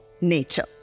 nature